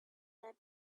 that